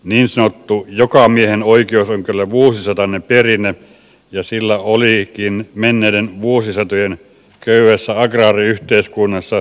niin sanottu jokamiehenoikeus on kyllä vuosisatainen perinne ja sillä olikin menneiden vuosisatojen köyhässä agraariyhteiskunnassa sosiaalipoliittinen oikeutuksensa